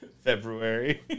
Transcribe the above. February